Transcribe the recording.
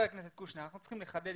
חבר הכנסת קושניר, אנחנו צריכים לחדד.